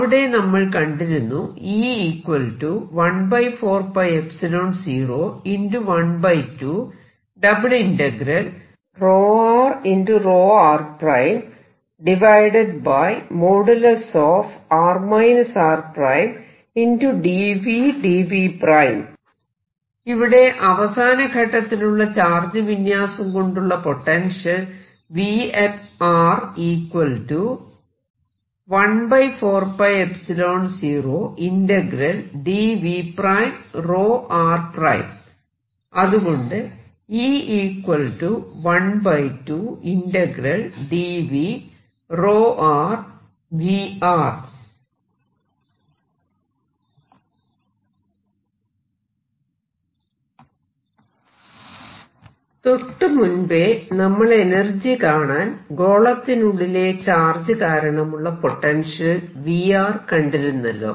അവിടെ നമ്മൾ കണ്ടിരുന്നു ഇവിടെ അവസാന ഘട്ടത്തിലുള്ള ചാർജ് വിന്യാസം കൊണ്ടുള്ള പൊട്ടൻഷ്യൽ അതുകൊണ്ട് തൊട്ടു മുൻപേ നമ്മൾ എനർജി കാണാൻ ഗോളത്തിനുള്ളിലെ ചാർജ് കാരണമുള്ള പൊട്ടൻഷ്യൽ V കണ്ടിരുന്നല്ലോ